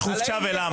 כולל לבקש חופשה ולמה.